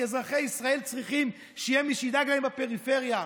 כי אזרחי ישראל צריכים שיהיה מי שידאג להם בפריפריה.